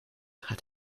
hat